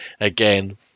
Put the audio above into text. Again